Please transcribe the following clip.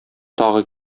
тагы